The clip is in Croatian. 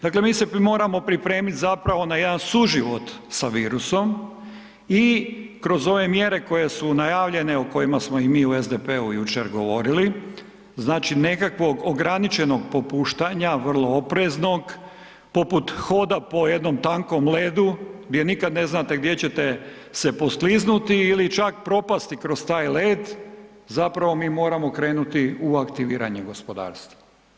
Dakle, mi se moramo pripremit zapravo na jedan suživot sa virusom i kroz ove mjere koje su najavljene, o kojima smo i mi u SDP-u jučer govorili, znači nekakvog ograničenog popuštanja vrlo opreznog poput hoda po jednom tankom ledu gdje nikad ne znate gdje ćete se poskliznuti ili čak propasti kroz taj led, zapravo mi moramo krenuti u aktiviranje gospodarstva.